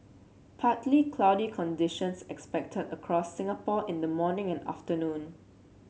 partly cloudy conditions expected across Singapore in the morning and afternoon